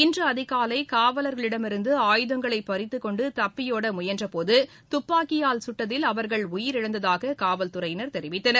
இன்று அதிகாலை காவலர்களிடமிருந்து ஆயுதங்களைப் பறித்துக் கொண்டு தப்பியோட முயன்ற போது துப்பாக்கியால் சுட்டதில் அவர்கள் உயிரிழந்ததாக காவல்துறையினர் தெரிவித்தனர்